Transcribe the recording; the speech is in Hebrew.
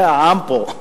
היה עם פה.